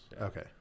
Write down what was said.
Okay